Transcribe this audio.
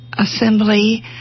assembly